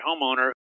homeowner